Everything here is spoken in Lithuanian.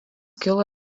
kilo